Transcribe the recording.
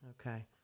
Okay